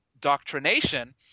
Doctrination